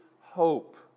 hope